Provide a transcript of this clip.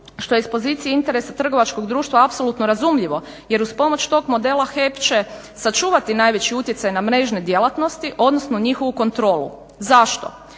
što iz pozicije interesa trgovačkog društva apsolutno razumljivo jer uz pomoć tog modela HEP će sačuvati najveći utjecaj na mrežne djelatnosti odnosno njihovu kontrolu. Zašto?